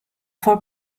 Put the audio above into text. for